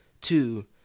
two